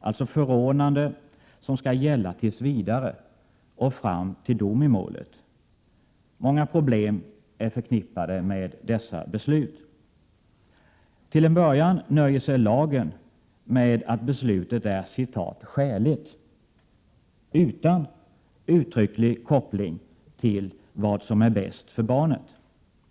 alltså förordnanden som skall gälla tills vidare och fram till dom i målet. Många problem är förknippade med dessa beslut. Till en början nöjer man sig i lagen med att beslutet är ”skäligt” utan uttrycklig koppling till vad som är bäst för barnet.